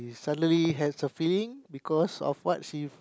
suddenly has a feeling because of what she